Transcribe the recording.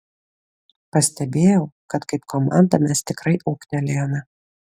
pastebėjau kad kaip komanda mes tikrai ūgtelėjome